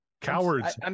Cowards